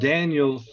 Daniel